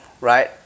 right